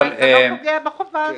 זה לא פוגע בחובה הזו.